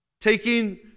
Taking